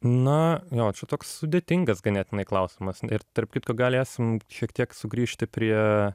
na jo čia toks sudėtingas ganėtinai klausimas ir tarp kitko galėsim šiek tiek sugrįžti prie